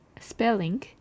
spelling